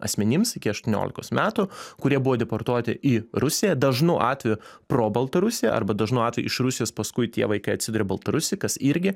asmenims iki aštuoniolikos metų kurie buvo deportuoti į rusiją dažnu atveju pro baltarusiją arba dažnu atveju iš rusijos paskui tie vaikai atsiduria baltarusijoj kas irgi